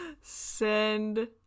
Send